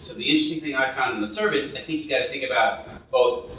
so the interesting thing i found in the service, i think you gotta think about both,